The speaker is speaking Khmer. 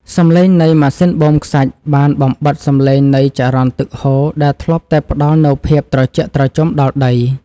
សំឡេងនៃម៉ាស៊ីនបូមខ្សាច់បានបំបិទសំឡេងនៃចរន្តទឹកហូរដែលធ្លាប់តែផ្តល់នូវភាពត្រជាក់ត្រជុំដល់ដី។